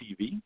TV